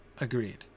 Agreed